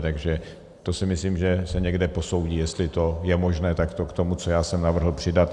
Takže to si myslím, že se někde posoudí, jestli to je možné takto k tomu, co já jsem navrhl, přidat.